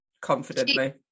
confidently